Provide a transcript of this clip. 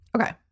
Okay